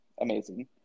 Amazing